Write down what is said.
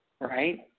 Right